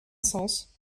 sens